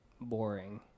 boring